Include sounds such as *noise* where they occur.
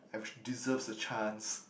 every *noise* deserves a chance